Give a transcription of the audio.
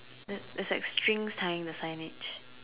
there there's like strings tying the signage